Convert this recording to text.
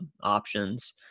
options